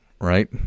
right